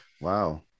Wow